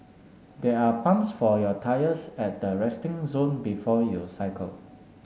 there are pumps for your tyres at the resting zone before you cycle